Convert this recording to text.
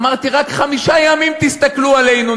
אמרתי: רק חמישה ימים תסתכלו עלינו,